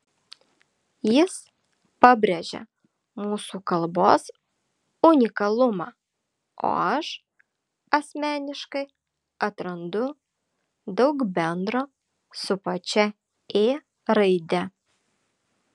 jis pabrėžia mūsų kalbos unikalumą o aš asmeniškai atrandu daug bendro su pačia ė raide